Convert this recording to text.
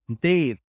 Dave